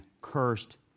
cursed